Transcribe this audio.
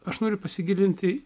aš noriu pasigilinti